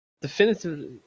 Definitively